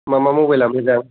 मा मा मबाइला मोजां